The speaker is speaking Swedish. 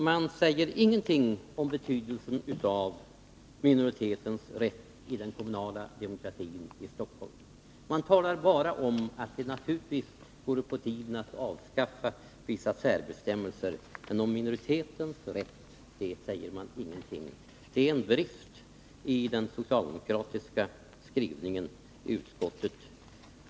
Man säger ingenting om betydelsen av minoritetens rätt i den kommunala demokratin i Stockholm. Man talar bara om att det naturligtvis vore på tiden att avskaffa vissa särbestämmelser, men om minoritetens rätt säger man ingenting. Det är en brist i den socialdemokratiska skrivningen i utskottet.